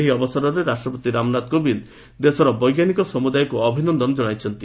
ଏହି ଅବସରରେ ରାଷ୍ଟ୍ରପତି ରାମନାଥ କୋବିନ୍ଦ୍ ଦେଶର ବୈଜ୍ଞାନିକ ସମ୍ବଦାୟକ୍ତ ଅଭିନନ୍ଦନ ଜଣାଇଛନ୍ତି